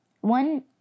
One